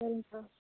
சரிங்கக்கா